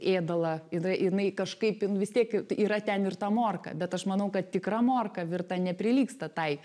ėdalą jinai jinai kažkaip jin vis tiek yra ten ir ta morka bet aš manau kad tikra morka virta neprilygsta tai